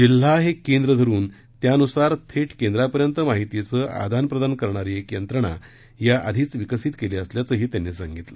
जिल्हा हे केंद्र धरून त्यानुसार थेट केंद्रापर्यंत माहितीचं आदानप्रदान करणारी एक यंत्रणा या आधीच विकसित केली असल्याचंही त्यांनी सांगितलं